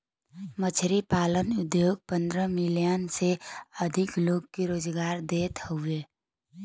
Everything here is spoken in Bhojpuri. मछरी पालन उद्योग पंद्रह मिलियन से अधिक लोग के रोजगार देवत हउवन